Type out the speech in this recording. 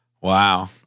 Wow